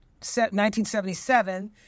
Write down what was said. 1977